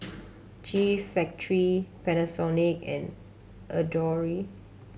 G Factory Panasonic and Adore